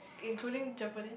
including Japanese